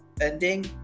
ending